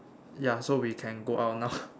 yeah so we can go out now